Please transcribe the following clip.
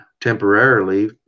temporarily